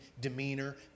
demeanor